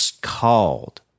called